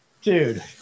dude